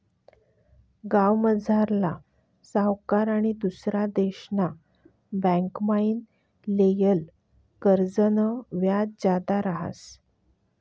गावमझारला सावकार आनी दुसरा देशना बँकमाईन लेयेल कर्जनं व्याज जादा रहास